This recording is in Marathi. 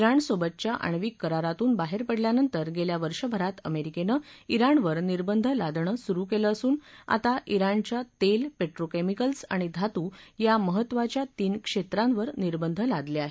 शिणसोबतच्या आणिवक करारातून बाहेर पडल्यानंतर गेल्या वर्षभरात अमेरिकेनं विणवर निर्बंध लादणं सुरु केलं असून आता विणच्या तेल पेट्रोकेमिकल्स आणि धातू या महत्त्वाच्या तीन क्षेत्रांवर निर्बंध लादले आहेत